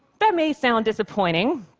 but may sound disappointing,